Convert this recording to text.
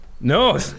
No